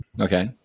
Okay